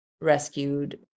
rescued